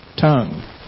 tongue